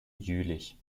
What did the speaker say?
jülich